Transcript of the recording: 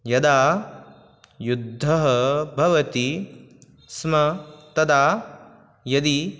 यदा युद्धः भवति स्म तदा यदि